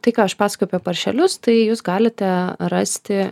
tai ką aš pasakojau apie paršelius tai jūs galite rasti